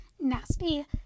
nasty